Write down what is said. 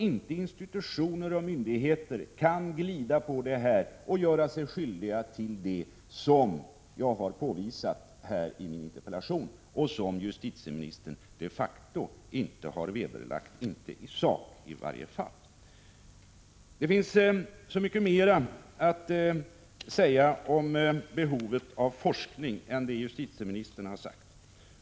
Institutioner och myndigheter får inte glida undan detta ansvar och göra sig skyldiga till det som jag påvisat i min interpellation och som justitieministern de facto inte har vederlagt, i varje fall inte i sak. Det finns så mycket mer att säga kring behovet av forskning än vad justitieministern har sagt.